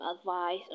advice